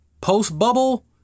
post-bubble